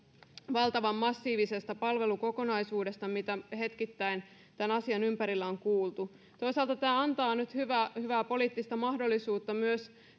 valtavan massiivisesta palvelukokonaisuudesta mitä hetkittäin tämän asian ympärillä on kuultu toisaalta tämä antaa nyt hyvää hyvää poliittista mahdollisuutta myös